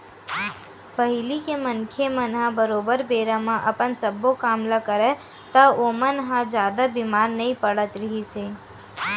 पहिली के मनखे मन ह बरोबर बेरा म अपन सब्बो काम ल करय ता ओमन ह जादा बीमार नइ पड़त रिहिस हे